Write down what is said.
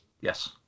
Yes